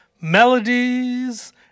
melodies